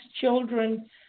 children